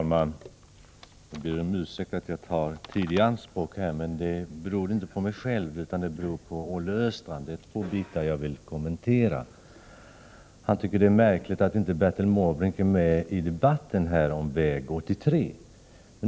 Herr talman! Jag ber om ursäkt att jag tar tid i anspråk, men det beror inte på mig själv utan på Olle Östrand. Det är två ting jag vill kommentera. Olle Östrand tycker det är märkligt att Bertil Måbrink inte är med i debatten om väg 83.